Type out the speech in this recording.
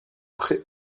pré